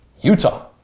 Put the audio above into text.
Utah